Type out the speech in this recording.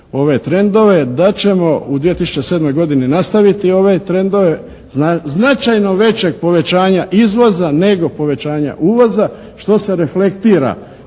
da ćemo u 2007. godini nastaviti ove trendove značajno većeg povećanja izvoza nego povećanja uvoza, što se reflektira